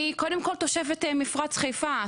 אני קודם תושבת מפרץ חיפה.